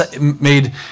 made